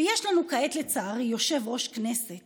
ויש לנו כעת, לצערי, יושב-ראש כנסת